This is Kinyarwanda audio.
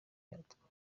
yatwo